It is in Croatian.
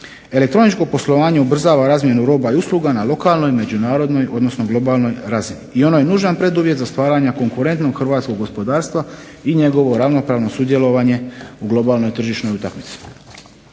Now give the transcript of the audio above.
Elektroničko poslovanje ubrzava razmjenu roba i usluga na lokalnoj, međunarodnoj, odnosno globalnoj razini, i ono je nužan preduvjet za stvaranja konkurentnog hrvatskog gospodarstva i njegovo ravnopravno sudjelovanje u globalnoj tržišnoj utakmici.